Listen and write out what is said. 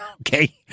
Okay